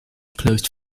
closed